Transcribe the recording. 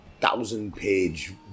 thousand-page